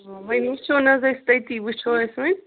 وَنۍ وٕچھو نَہ حظ أسۍ تٔتی وٕچھو أسۍ وَنۍ